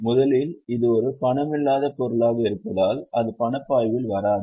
முதலில் இது ஒரு பணமில்லாத பொருளாக இருப்பதால் அது பணப்பாய்வில் வராது